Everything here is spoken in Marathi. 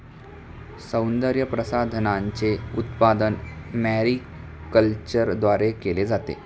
सौंदर्यप्रसाधनांचे उत्पादन मॅरीकल्चरद्वारे केले जाते